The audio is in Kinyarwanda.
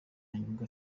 n’inyungu